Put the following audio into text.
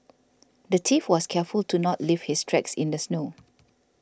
the thief was careful to not leave his tracks in the snow